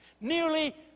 Nearly